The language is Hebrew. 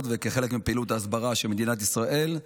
כחלק מפעילות ההסברה של מדינת ישראל.